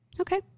Okay